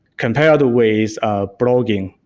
compare the ways of blogging.